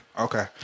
Okay